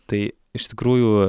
tai iš tikrųjų